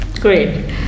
Great